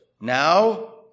Now